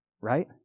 right